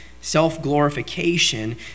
self-glorification